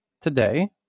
today